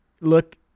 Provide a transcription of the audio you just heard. look